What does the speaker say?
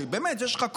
באמת יש לך כוח,